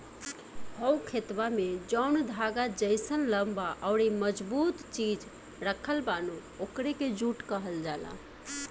हो खेतवा में जौन धागा जइसन लम्बा अउरी मजबूत चीज राखल बा नु ओकरे के जुट कहल जाला